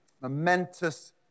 Momentous